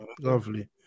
lovely